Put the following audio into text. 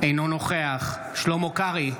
אינו נוכח שלמה קרעי,